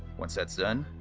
once that's done,